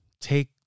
Take